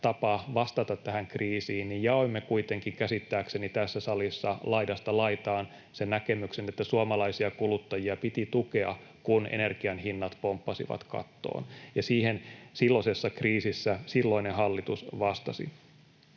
tapa vastata tähän kriisiin, niin jaoimme kuitenkin käsittääkseni tässä salissa laidasta laitaan sen näkemyksen, että suomalaisia kuluttajia piti tukea, kun energian hinnat pomppasivat kattoon. Ja siihen silloisessa kriisissä silloinen hallitus vastasi.